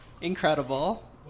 Incredible